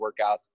workouts